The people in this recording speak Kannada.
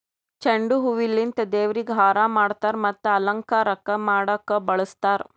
ಚೆಂಡು ಹೂವಿಲಿಂತ್ ದೇವ್ರಿಗ್ ಹಾರಾ ಮಾಡ್ತರ್ ಮತ್ತ್ ಅಲಂಕಾರಕ್ಕ್ ಮಾಡಕ್ಕ್ ಬಳಸ್ತಾರ್